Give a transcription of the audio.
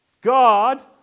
God